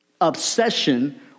obsession